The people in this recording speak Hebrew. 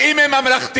אז אם הם ממלכתיים,